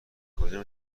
کجا